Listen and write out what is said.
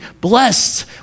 blessed